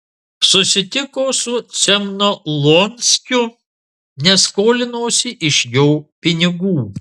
susitiko su cemnolonskiu nes skolinosi iš jo pinigų